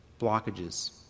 blockages